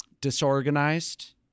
disorganized